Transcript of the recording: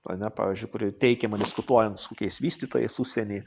ane pavyzdžiui kuri teikiama diskutuojant su kokiais vystytojais užsieny